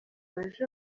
baje